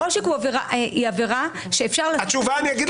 עושק היא עבירה שאפשר להגיש --- אני אגיד